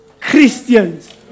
Christians